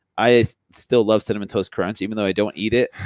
i still love cinnamon toast crunch, even though i don't eat it.